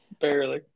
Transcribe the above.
Barely